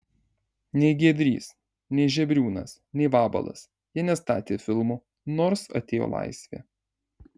nei giedrys nei žebriūnas nei vabalas jie nestatė filmų nors atėjo laisvė